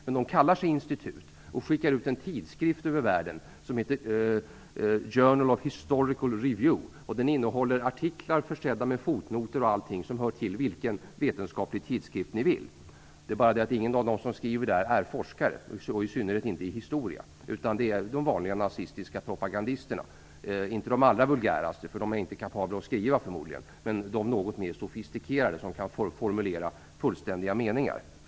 Man kallar det för institut och skickar ut en tidskrift över världen som heter Journal of Historical Review. Den innehåller artiklar försedda med fotnoter och annat som hör hemma i vilken vetenskaplig tidskrift som helst. Det är bara det att ingen av dem som skriver i tidningen är forskare, och i synnerhet inte i historia. Det är de vanliga nazistiska propagandisterna. Det är inte de allra vulgäraste som förekommer där - de är förmodligen inte kapabla att skriva - men de något mer sofistikerade som kan formulera fullständiga meningar.